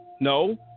no